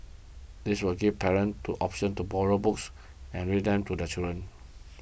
this will give parents to option to borrow books and read them to their children